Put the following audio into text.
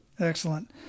Excellent